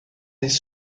des